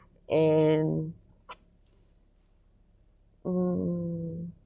and mm